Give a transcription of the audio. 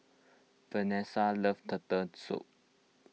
Vanesa loves Turtle Soup